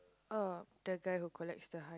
oh the guy who collects the